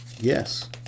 Yes